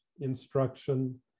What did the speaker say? instruction